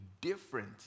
different